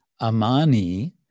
amani